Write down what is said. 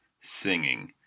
singing